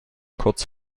kurz